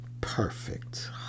perfect